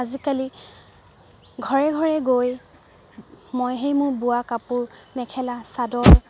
আজিকালি ঘৰে ঘৰে গৈ মই সেই মোৰ বোৱা কাপোৰ মেখেলা চাদৰ